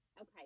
Okay